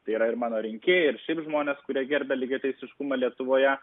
tai yra ir mano rinkėjai ir šiaip žmonės kurie gerbia lygiateisiškumą lietuvoje